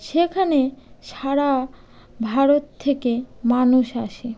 সেখানে সারা ভারত থেকে মানুষ আসে